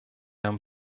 haben